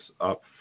up